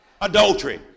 adultery